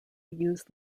use